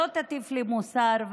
שלא תטיף לי מוסר,